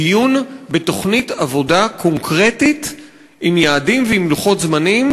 דיון בתוכנית עבודה קונקרטית עם יעדים ועם לוחות זמנים,